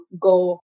go